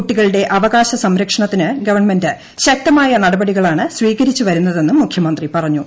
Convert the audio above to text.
കുട്ടികളുടെ അവകാശ സംരക്ഷണത്തിന് ഗവൺമെന്റ് ശക്തമായ നടപടികളാണ് സ്വീകരിച്ചു വരുന്നതെന്നും മുഖ്യമന്ത്രി പറഞ്ഞു